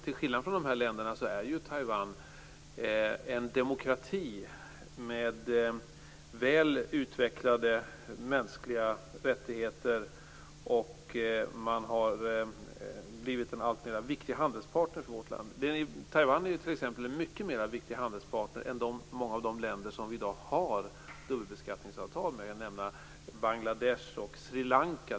Till skillnad från de länderna är Taiwan en demokrati med väl utvecklade mänskliga rättigheter. Man har blivit en allt viktigare handelspartner för vårt land. Taiwan är t.ex. en mycket viktigare handelspartner än många av de länder som vi i dag har dubbelbeskattningsavtal med. Jag vill nämna Bangladesh och Sri Lanka.